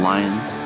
Lions